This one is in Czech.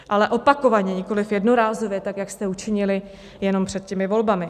Ale opakovaně, nikoliv jednorázově tak, jak jste učinili jenom před volbami.